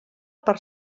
per